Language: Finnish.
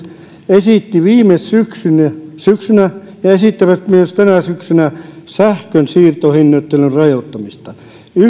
esittivät viime syksynä ja esittävät myös tänä syksynä sähkönsiirtohinnoittelun rajoittamista